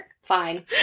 Fine